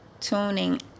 tuning